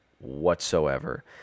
whatsoever